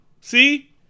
See